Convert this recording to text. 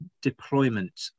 deployment